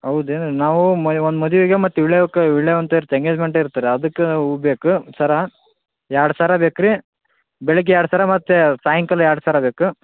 ಹೌದೇನು ನಾವೂ ಮ ಒಂದು ಮದ್ವೀಗೆ ಮತ್ತೆ ವೀಳ್ಯಾಕ್ಕೆ ವೀಳ್ಯ ಅಂತ ಇರ್ತೆ ಎಂಗೆಜ್ಮೆಂಟ್ ಇರ್ತರೆ ಅದಕ್ಕೆ ಹೂವು ಬೇಕು ಸರ ಎರಡು ಸರ ಬೇಕು ರೀ ಬೆಳಿಗ್ಗೆ ಎರಡು ಸರ ಮತ್ತೆ ಸಾಯಂಕಾಲ ಎರಡು ಸರ ಬೇಕು